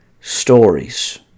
stories